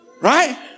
Right